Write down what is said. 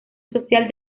social